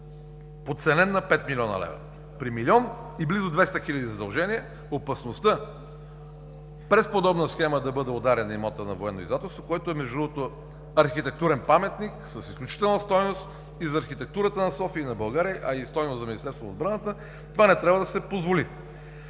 Подценен на 5 млн. лв. При милион и близо 200 хиляди лева задължения, опасността през подобна схема да бъде ударен имотът на „Военно издателство“, което, между другото, е архитектурен паметник, с изключителна стойност и за архитектурата на София, и на България, а и за Министерството на отбраната, това не трябва да се позволи.